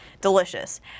Delicious